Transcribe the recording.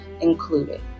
included